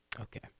Okay